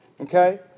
Okay